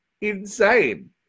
insane